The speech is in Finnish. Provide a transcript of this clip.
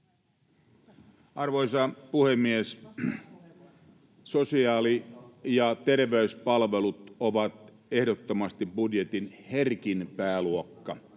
Arvoisa puhemies! Sosiaali- ja terveyspalvelut ovat ehdottomasti budjetin herkin pääluokka